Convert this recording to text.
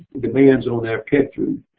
demands on their pet food.